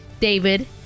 David